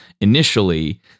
initially